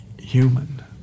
human